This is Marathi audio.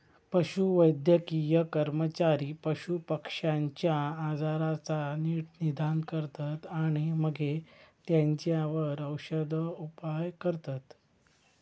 पशुवैद्यकीय कर्मचारी पशुपक्ष्यांच्या आजाराचा नीट निदान करतत आणि मगे तेंच्यावर औषदउपाय करतत